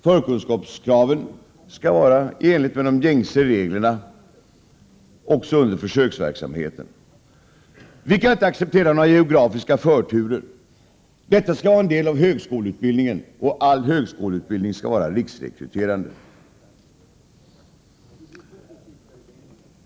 Förkunskapskraven skall vara i enlighet med de gängse reglerna också under försöksverksamheten. Vi kan inte acceptera några geografiska förturer. Detta skall vara en del av högskoleutbildningen, och all högskoleutbildning skall vara riksrekryterande.